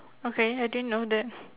okay I didn't know that